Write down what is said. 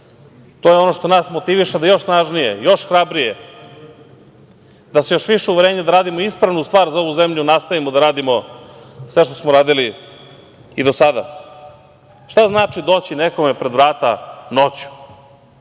To je ono što nas motiviše da još snažnije, još hrabrije, da sa još više uverenja da radimo ispravnu stvar za ovu zemlju, nastavimo da radimo sve što smo radili i do sada. Šta znači doći nekome pred vrata noću?